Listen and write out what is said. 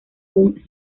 una